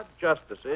justices